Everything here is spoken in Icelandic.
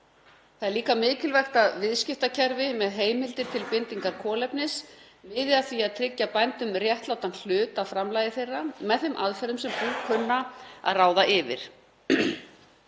Það er líka mikilvægt að viðskiptakerfi með heimildir til bindingar kolefnis miði að því að tryggja bændum réttlátan hlut af framlagi þeirra, með þeim aðferðum sem bú þeirra kunna að ráða yfir.